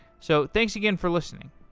so thanks again for listening